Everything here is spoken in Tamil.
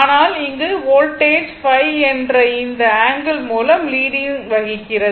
ஆனால் இங்கு வோல்டேஜ் ϕ என்ற இந்த ஆங்கிள் மூலம் லீடிங் வகிக்கிறது